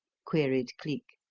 queried cleek.